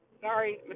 Sorry